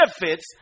benefits